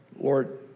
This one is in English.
Lord